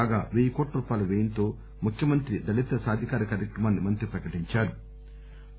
కాగా పెయ్య కోట్ల రూపాయల వ్యయంతో ముఖ్యమంత్రి దళిత సాధికార కార్యక్రమాన్ని మంత్రి ఈ సందర్బంగా ప్రకటించారు